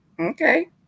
Okay